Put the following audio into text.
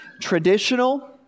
traditional